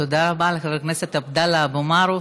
תודה רבה לחבר הכנסת עבדאללה אבו מערוף.